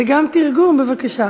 וגם תרגום בבקשה.